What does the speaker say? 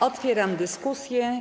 Otwieram dyskusję.